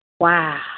Wow